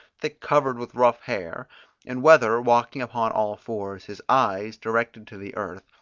thick covered with rough hair and whether, walking upon all-fours, his eyes, directed to the earth,